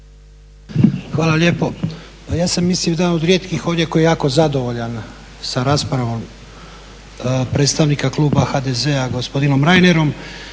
Hvala lijepo. Pa ja sam mislim jedan od rijetkih ovdje koji jako zadovoljan sa raspravom predstavnika kluba HDZ-a gospodinom Reinerom,